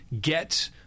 get